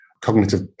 cognitive